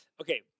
okay